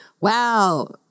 wow